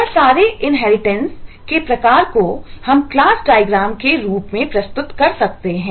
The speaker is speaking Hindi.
वह सारे इनहेरिटेंस है